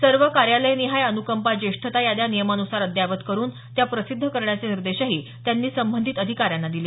सर्व कार्यालयनिहाय अन्कंपा ज्येष्ठता याद्या नियमान्सार अद्यावत करुन त्या प्रसिद्ध करण्याचे निर्देशही त्यांनी संबंधित अधिकार्यांना दिले